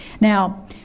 Now